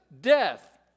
Death